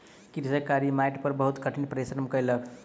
कृषक कारी माइट पर बहुत कठिन परिश्रम कयलक